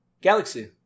Galaxy